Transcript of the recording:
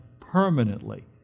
permanently